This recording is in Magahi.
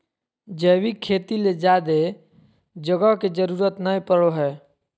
जैविक खेती ले ज्यादे जगह के जरूरत नय पड़ो हय